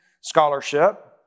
scholarship